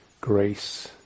grace